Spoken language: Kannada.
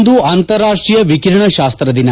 ಇಂದು ಅಂತಾರಾಷ್ಟೀಯ ವಿಕಿರಣತಾಸ್ತ ದಿನ